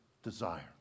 desire